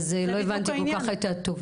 אז לא הבנתי כל כך את התובנה.